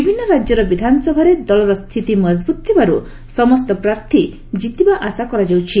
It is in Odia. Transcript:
ବିଭିନ୍ନ ରାଜ୍ୟର ବିଧାନସଭାରେ ଦଳର ସ୍ଥିତି ମଜଭୁତ୍ ଥିବାରୁ ସମସ୍ତ ପ୍ରାର୍ଥୀ କିତିବା ଆଶା କରାଯାଉଛି